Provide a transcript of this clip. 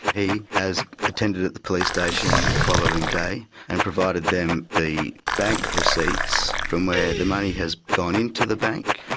he has attended at the police station the following day and provided them the bank receipts from where the money has gone into the bank,